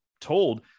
told